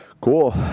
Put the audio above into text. Cool